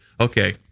okay